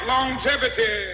Longevity